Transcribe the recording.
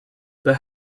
but